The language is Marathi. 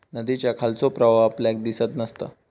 नदीच्या खालचो प्रवाह आपल्याक दिसत नसता